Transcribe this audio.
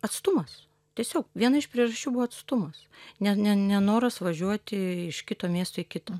atstumas tiesiog viena iš priežasčių buvo atstumas ne ne nenoras važiuoti iš kito miesto į kitą